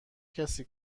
کسی